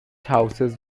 houses